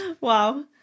Wow